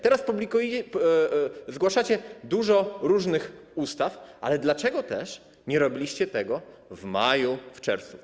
Teraz zgłaszacie dużo różnych ustaw, ale dlaczego nie robiliście tego w maju, w czerwcu?